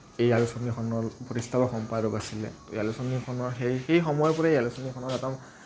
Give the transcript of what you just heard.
এই আলোচনীখনৰ প্ৰতিষ্ঠাপক সম্পাদক আছিলে এই আলোচনীখনৰ সেই সেই সময়ৰ পৰাই এই আলোচনীখনৰ